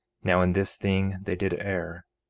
now in this thing they did err,